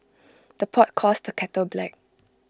the pot calls the kettle black